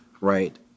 right